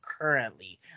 currently